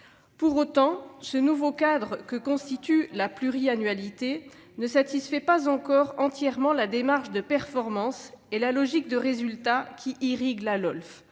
Pour autant, ce nouveau cadre que constitue la pluriannualité ne satisfait pas encore entièrement à la démarche de performance et à la logique de résultat qui irriguent la LOLF.